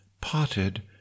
potted